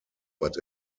but